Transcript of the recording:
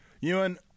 Ewan